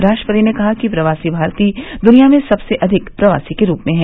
राष्ट्रपति ने कहा कि प्रवासी भारतीय दुनिया में सबसे अधिक प्रवासी के रूप में हैं